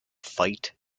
fight